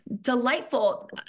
delightful